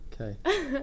Okay